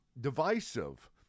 divisive